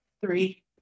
Three